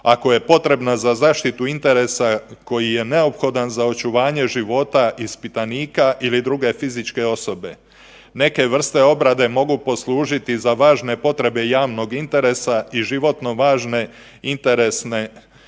ako je potrebna za zaštitu interesa koji je neophodan za očuvanje života ispitanika ili druge fizičke osobe. Neke vrste obrade mogu poslužiti za važne potrebe javnog interesa i životno važne interesne,